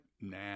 Nah